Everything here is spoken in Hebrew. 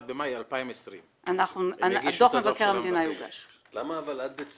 הם יגישו את הדוח של המבקר ב-31 במאי 2020. אבל למה בעצם עד דצמבר?